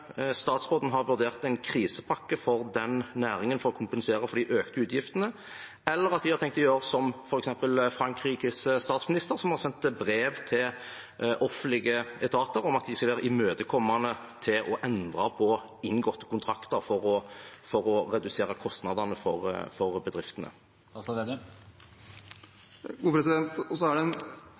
statsråden har vurdert en krisepakke for den næringen, for å kompensere for de økte utgiftene, eller om man har tenkt å gjøre som f.eks. Frankrikes statsminister, som har sendt brev til offentlige etater om at de skal være imøtekommende til å endre på inngåtte kontrakter for å redusere kostnadene for bedriftene. Som jeg sa i stad: Noe av det